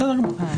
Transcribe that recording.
בסדר גמור.